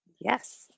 Yes